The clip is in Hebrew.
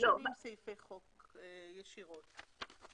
סעיפי חוק ישירות.